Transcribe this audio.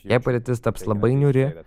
jei padėtis taps labai niūri